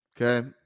Okay